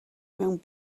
mewn